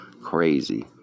Crazy